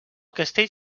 castell